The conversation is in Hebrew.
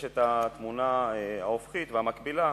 יש התמונה האופקית והמקבילה,